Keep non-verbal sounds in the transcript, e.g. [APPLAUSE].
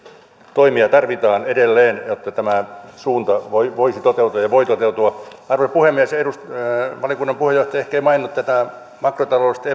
toimia tarvitaan edelleen jotta tämä suunta voisi toteutua ja voi toteutua arvoisa puhemies valiokunnan puheenjohtaja ehkä ei maininnut tätä makrotaloudellisten [UNINTELLIGIBLE]